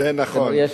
זה נכון.